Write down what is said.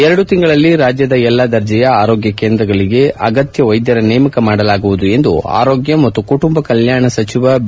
ಎರಡು ತಿಂಗಳಲ್ಲಿ ರಾಜ್ಯದ ಎಲ್ಲಾ ದರ್ಜೆಯ ಆರೋಗ್ಯ ಕೇಂದ್ರಗಳಿಗೆ ಅಗತ್ಯ ವೈದ್ಯರ ನೇಮಕ ಮಾಡಲಾಗುವುದು ಎಂದು ಆರೋಗ್ಯ ಮತ್ತು ಕುಟುಂಬ ಕಲ್ಲಾಣ ಸಚಿವ ಬಿ